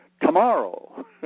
tomorrow